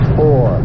four